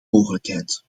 mogelijkheid